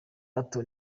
bato